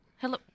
Hello